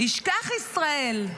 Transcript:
"ישכח ישראל".